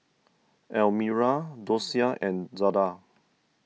Almira Dosia and Zada